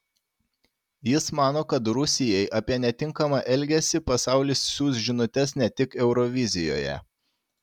jis mano kad rusijai apie netinkamą elgesį pasaulis siųs žinutes ne tik eurovizijoje